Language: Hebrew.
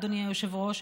אדוני היושב-ראש,